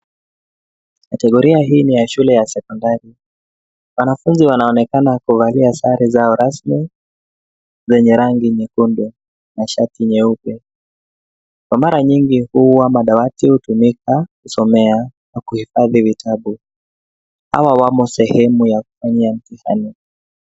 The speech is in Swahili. Kategoria hii ni ya shule ya sekondari, wanafunzi wanaonekana kuvalia sare zao rasmi zenye rangi nyekundu na shati nyeupe. Kwa mara nyingi huwa na dawati hutumika kusomea na kuhifadhi vitabu hawa wamo sehemu ya kufanyia mtihani.